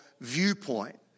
viewpoint